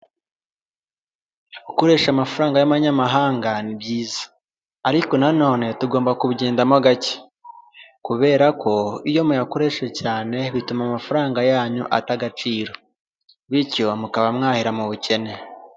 Gukoresha amafaranga y'abamanyamahanga ni byiza ariko nanone tugomba kubi kugendamo gake, kubera ko iyo muyakoreshe cyane bituma amafaranga yanyu ata agaciro, bityo mukaba mwahera mu bukene.